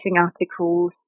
articles